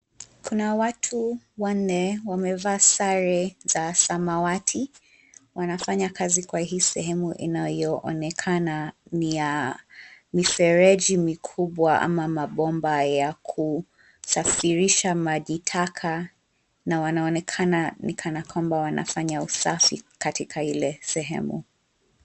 Kuna watu wanne wamevaa sare za samawati, wanafanya kazi kwa hii sehemu inayoonekana ni ya, mifereji mikubwa ama mabomba ya kusafirisha maji taka, na wanaonekana ni kana kwamba wanafanya usafi katika ile sehemu.